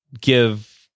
give